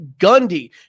Gundy